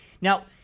Now